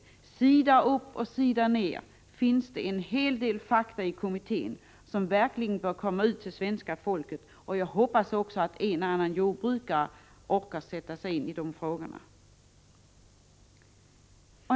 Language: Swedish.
Sida upp och sida ned finns fakta i kommitténs betänkande som verkligen bör komma ut till svenska folket. Jag hoppas att också en och annan jordbrukare orkar sätta sig in i dessa frågor.